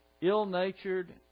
ill-natured